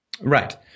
right